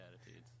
attitudes